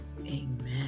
Amen